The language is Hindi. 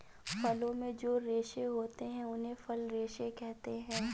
फलों में जो रेशे होते हैं उन्हें फल रेशे कहते है